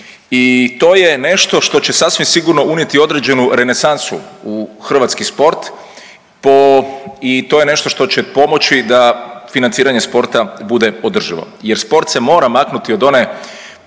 I to je nešto što će sasvim sigurno unijeti određenu renesansu u hrvatski sport i to je nešto što će pomoći da financiranje spota bude održivo jer sport se mora maknuti od one